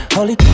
Holy